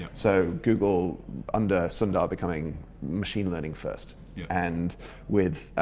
so, google under sundar becoming machine learning first and with.